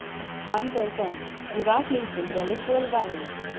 as time goes on, without losing their literal values.